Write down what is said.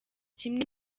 kimwe